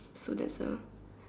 so that's a